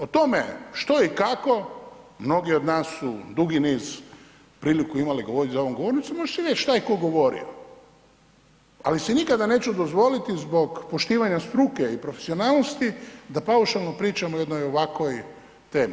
O tome što i kako, mnogi od nas su dugi niz priliku imali govoriti za ovom govornicom, može se vidjet šta je ko govorio, ali si nikada neću dozvoliti zbog poštivanja struke i profesionalnosti da paušalno pričam o jednoj ovakvoj temi.